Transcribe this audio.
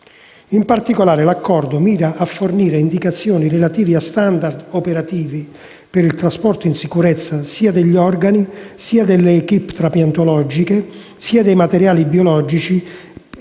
In particolare, l'accordo mira a fornire indicazioni relative a *standard* operativi per il trasporto in sicurezza sia degli organi, sia delle *équipe* trapiantologiche, sia dei materiali biologici